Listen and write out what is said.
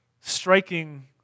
striking